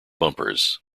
bumpers